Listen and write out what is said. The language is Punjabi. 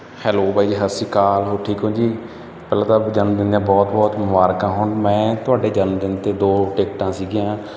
ਹੈਲੋ ਬਾਈ ਜੀ ਸਤਿ ਸ਼੍ਰੀ ਅਕਾਲ ਹੋਰ ਠੀਕ ਹੋ ਜੀ ਪਹਿਲਾਂ ਤਾਂ ਜਨਮਦਿਨ ਦੀਆਂ ਬਹੁਤ ਬਹੁਤ ਮੁਬਾਰਕਾਂ ਹੋਣ ਮੈਂ ਤੁਹਾਡੇ ਜਨਮ ਦਿਨ 'ਤੇ ਦੋ ਟਿਕਟਾਂ ਸੀਗੀਆਂ